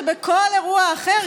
שבכל אירוע אחר,